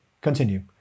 continue